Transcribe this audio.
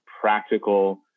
practical